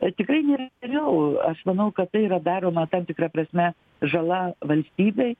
e tikrai nėra jau aš manau kad tai yra daroma tam tikra prasme žala valstybei